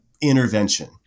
intervention